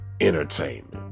entertainment